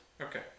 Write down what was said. Okay